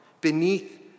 beneath